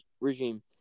regime